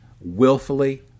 willfully